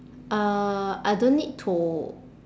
uh I don't need to